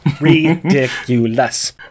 Ridiculous